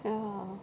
ya